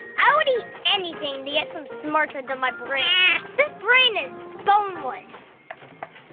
i would eat anything to get some smarts into my brain. this brain is boneless